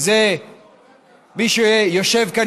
מי שנשאר בוועדת הכספים זה מי שיושב כאן